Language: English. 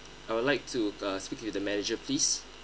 I would like to uh speak to the manager please